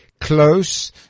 close